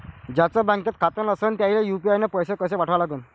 ज्याचं बँकेत खातं नसणं त्याईले यू.पी.आय न पैसे कसे पाठवा लागन?